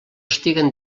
estiguen